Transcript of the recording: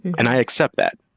and i accept that.